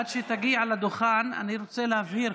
עד שתגיע לדוכן, אני רוצה להבהיר.